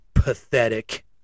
Pathetic